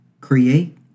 Create